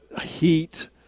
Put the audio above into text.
heat